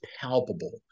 palpable